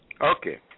Okay